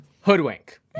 Hoodwink